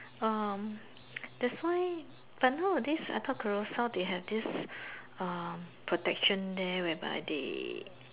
um that's why but nowadays I thought Carousell they have this protection there whereby they